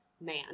man